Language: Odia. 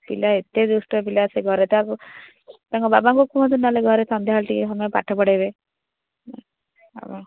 ପିଲା ଏତେ ଦୁଷ୍ଟ ପିଲା ସେ ଘରେ କାହାକୁ ତାଙ୍କ ବାବାଙ୍କୁ କୁହନ୍ତୁ ନ ହେଲେ ଘରେ ସନ୍ଧ୍ୟା ବେଳେ ଟିକେ ସମୟ ପାଠ ପଢ଼ାଇବେ